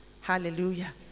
Hallelujah